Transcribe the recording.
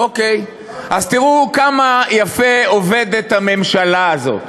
אוקיי, אז תראו כמה יפה עובדת הממשלה הזאת: